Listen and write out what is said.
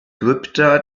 krypta